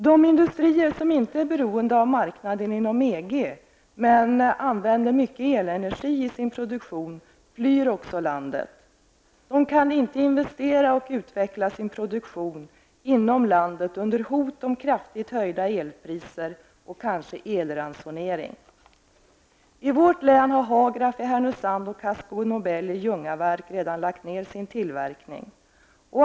De industrier som inte är beroende av marknaden inom EG, men använder mycket elenergi i sin produktion, flyr också vårt land. De kan inte investera och utveckla sin produktion inom landet under hot om kraftigt höjda elpriser och kanske elransonering. I vårt län har Hagraf i Härnösand och Casco Nobel i Ljungaverk redan lagt ned sin tillverkning.